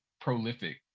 prolific